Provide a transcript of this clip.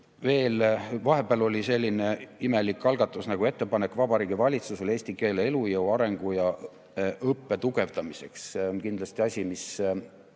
Vahepeal oli veel selline imelik algatus nagu ettepanek Vabariigi Valitsusele eesti keele elujõu, arengu ja õppe tugevdamiseks. See on kindlasti asi, mida